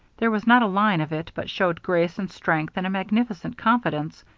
there was not a line of it but showed grace and strength and a magnificent confidence.